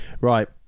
Right